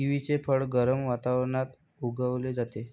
किवीचे फळ गरम वातावरणात उगवले जाते